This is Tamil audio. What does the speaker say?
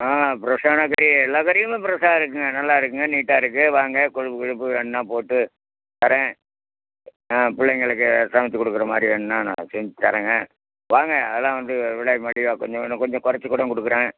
ஆ ஃப்ரெஷ்ஷான கறி எல்லா கறியும் ஃப்ரெஷ்ஷாக இருக்கும்ங்க நல்லா இருக்கும்ங்க நீட்டாக இருக்கும் வாங்க கொழுப்பு கிழுப்பு வேணுனா போட்டு தர்றேன் ஆ பிள்ளைங்களுக்கு சமைச்சி கொடுக்கற மாதிரி வேணுனா நான் செஞ்சு தர்றேன்ங்க வாங்க அதலாம் வந்து விலை மலிவாக கொஞ்சம் கொஞ்சம் கொஞ்சம் கொறைச்சி கூட கொடுக்கறேன்